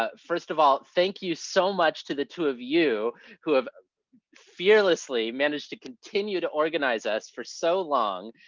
ah first of all, thank you so much to the two of you who have fearlessly managed to continue to organize us for so long.